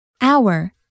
hour